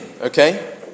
okay